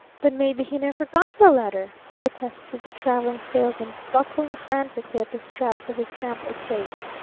but maybe he never got the letter! protested the traveling salesman, buckling frantically at the straps of his sample-case.